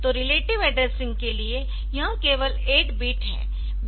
तो relative addressing के लिए यह केवल 8 बिट है